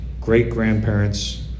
great-grandparents